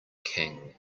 king